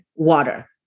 water